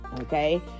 Okay